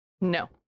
No